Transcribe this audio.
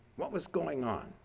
what was going on?